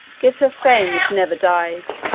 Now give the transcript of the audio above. gives her fame which never dies.